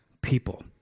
people